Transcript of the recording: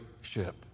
ship